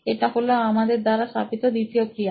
এটা হলো আমাদের দ্বারা স্থাপিত দ্বিতীয় ক্রিয়া